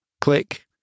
Click